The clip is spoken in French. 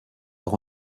leur